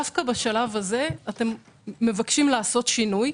דווקא בשלב הזה אתם מבקשים לעשות שינוי,